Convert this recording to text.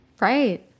Right